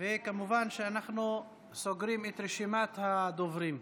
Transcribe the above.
כמובן שאנחנו סוגרים את רשימת הדוברים.